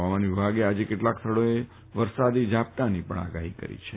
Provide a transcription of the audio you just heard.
ફવામાન વિભાગે આજે કેટલાક સ્થળે વરસાદી ઝાપટાંની પણ આગાફી કરી છે